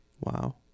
Wow